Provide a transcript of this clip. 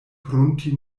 prunti